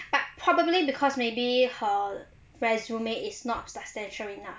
but probably because maybe her resume is not substantial enough